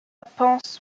panse